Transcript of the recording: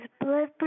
blood